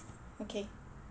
okay